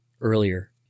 earlier